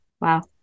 wow